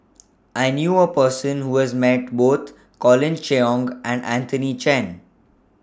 I knew A Person Who has Met Both Colin Cheong and Anthony Chen